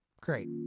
Great